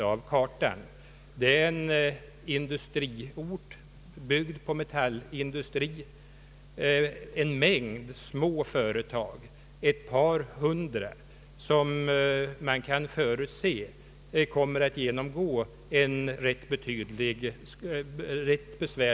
Eskilstuna är en industriort, byggd på metallindustri, ett par hundra små företag som man kan förutse kommer att genomgå en rätt besvärlig skalömsning.